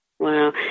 Wow